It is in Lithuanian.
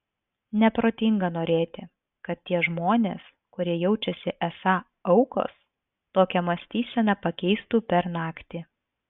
neprotinga norėti kad tie žmonės kurie jaučiasi esą aukos tokią mąstyseną pakeistų per naktį